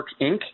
Inc